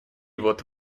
вот